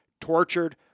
tortured